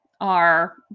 are-